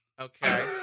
Okay